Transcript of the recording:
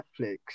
netflix